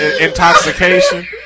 intoxication